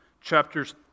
chapters